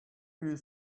you